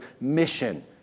mission